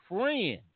friend